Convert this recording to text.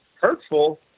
hurtful